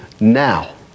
now